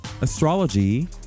astrology